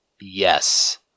Yes